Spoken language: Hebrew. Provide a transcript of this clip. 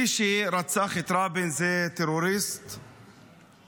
מי שרצח את רבין זה טרוריסט מהימין.